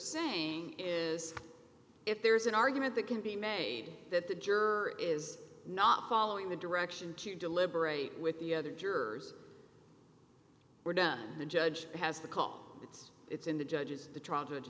saying is if there's an argument that can be made that the juror is not following the direction to deliberate with the other jurors were done and the judge has the call it's it's in the judges the